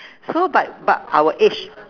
so but but our age